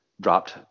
dropped